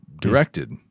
directed